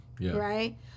right